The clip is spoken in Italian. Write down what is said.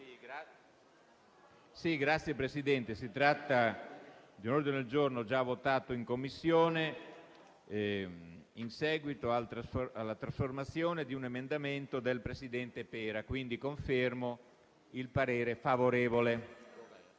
Signor Presidente, si tratta di un ordine del giorno già votato in Commissione. in seguito alla trasformazione di un emendamento del presidente Pera. Quindi, confermo il parere favorevole.